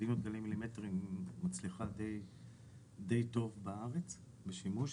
מדיניות גלים מילימטריים מצליחה די טוב בארץ בשימוש,